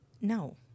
No